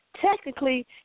Technically